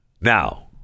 Now